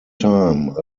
time